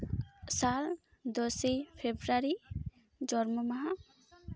ᱥᱟᱞ ᱫᱚᱥᱮᱭ ᱯᱷᱮᱵᱨᱩᱣᱟᱨᱤ ᱡᱚᱱᱢᱚ ᱢᱟᱦᱟ